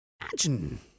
imagine